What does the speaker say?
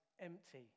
empty